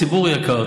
ציבור יקר,